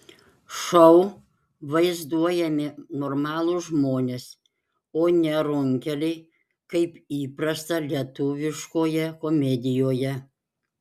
šou vaizduojami normalūs žmonės o ne runkeliai kaip įprasta lietuviškoje komedijoje